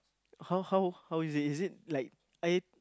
how how how is it is it like I